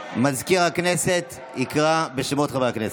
מזכיר הכנסת יקרא בשמות חברי הכנסת.